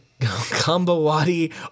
Kambawadi